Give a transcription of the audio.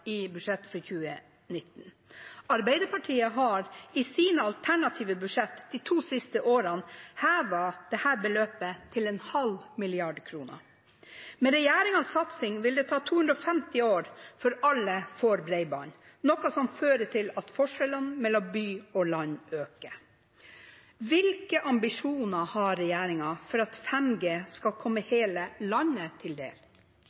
i budsjettet for 2019. Arbeiderpartiet har i sine alternative budsjetter de to siste årene hevet dette beløpet til en halv milliard kroner. Med regjeringens satsing vil det ta 250 år før alle får bredbånd, noe som fører til at forskjellene mellom by og land øker. Hvilke ambisjoner har regjeringen for at 5G skal komme hele landet til del?